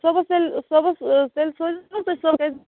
صُبحس تیلہِ صبحس تیٚلہِ سوٗزوٕ تُہۍ صبُحٲے